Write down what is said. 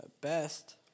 best